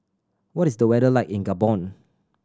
what is the weather like in Gabon